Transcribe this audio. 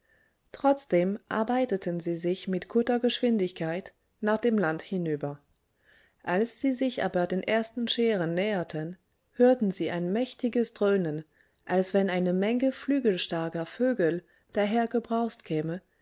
trotzdem arbeiteten sie sich mit guter geschwindigkeit nach dem land hinüber als sie sich aber den ersten schären näherten hörten sie ein mächtiges dröhnen als wenn eine menge flügelstarker vögel dahergebraust käme